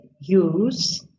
use